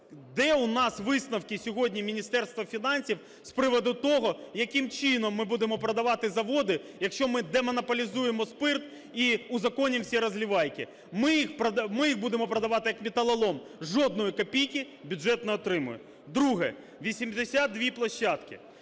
Де у нас висновки сьогодні Міністерства фінансів з приводу того, яким чином ми будемо продавати заводи, якщо ми демонополізуємо спирт і узаконимо всі "розливайки"? Ми їх будемо продавати, як металолом, жодної копійки бюджет не отримає. Друге.